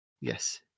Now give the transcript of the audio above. Yes